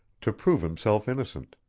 to prove himself innocent.